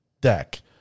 deck